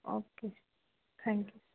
okay thank you